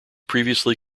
previously